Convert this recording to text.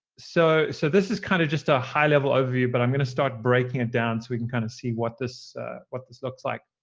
so so this is kind of just a high-level overview, but i'm going to start breaking it down so we can kind of see what this what this looks like.